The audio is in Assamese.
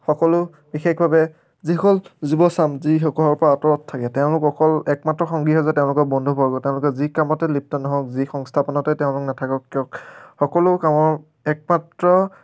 সকলো বিশেষভাৱে যিসকল যুৱচাম যি ঘৰৰ পৰা আঁতৰত থাকে তেওঁলোকৰ অকল একমাত্ৰ সংগী হৈছে তেওঁলোকৰ বন্ধুবৰ্গ তেওঁলোকে যি কামতে লিপ্ত নহওক যি সংস্থাপনতে তেওঁলোক নাথাকক কিয় সকলো কামৰ একমাত্ৰ